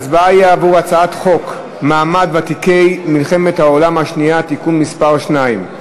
ההצבעה היא על הצעת חוק מעמד ותיקי מלחמת העולם השנייה (תיקון מס' 2),